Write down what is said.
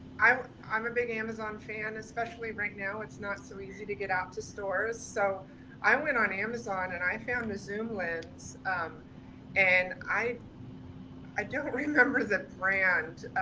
i'm i'm a big amazon fan, especially right now. it's not so easy to get out to stores. so i went on amazon and i found a zoom lens and i i don't remember the brand,